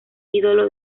ídolo